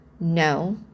No